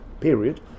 period